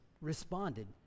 responded